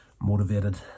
motivated